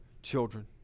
Children